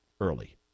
early